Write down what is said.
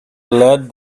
led